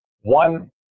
One